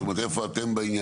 זאת אומרת, איפה אתם בעניין?